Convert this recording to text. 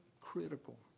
critical